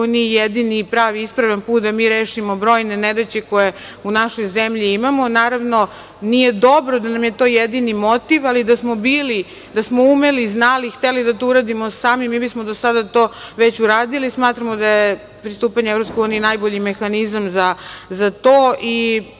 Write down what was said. EU jedini i pravi i ispravan put da mi rešimo brojne nedaće koje u našoj zemlji imamo. Naravno, nije dobro da nam je to jedini motiv, ali da smo bili, da smo umeli, znali i hteli da to uradimo sami, mi bismo do sada to već uradili. Smatramo da je pristupanje EU najbolji mehanizam za